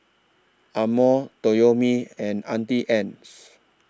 Amore Toyomi and Auntie Anne's